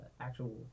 actual